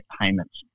payments